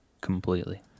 Completely